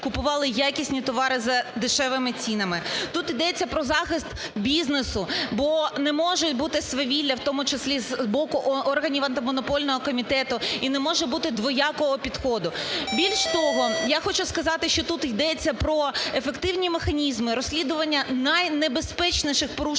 купували якісні товари за дешевими цінами. Тут йдеться про захист бізнесу, бо не може бути свавілля, в тому числі з боку органів Антимонопольного комітету, і не може бути двоякого підходу. Більш того, я хочу сказати, що тут йдеться про ефективні механізми розслідування найнебезпечніших порушень